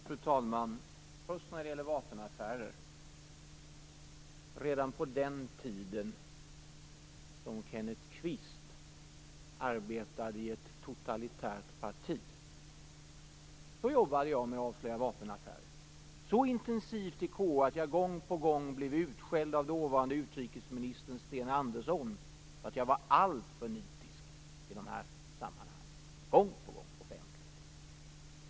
Fru talman! Först gäller det vapenaffärer. Redan på den tiden när Kenneth Kvist arbetade i ett totalitärt parti jobbade jag med att avslöja vapenaffärer så intensivt i KU att jag gång på gång blev utskälld av dåvarande utrikesministern Sten Andersson för att jag var alltför nitisk i de här sammanhangen, gång på gång, offentligt.